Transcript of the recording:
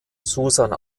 susan